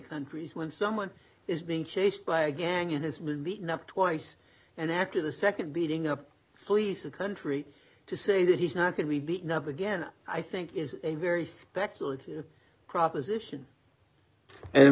countries when someone is being chased by a gang in his will meeting up twice and after the nd beating up fleece the country to say that he's not going to be beaten up again i think is a very speculative proposition and